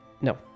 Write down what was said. No